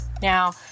Now